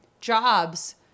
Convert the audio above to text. jobs